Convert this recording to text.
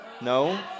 No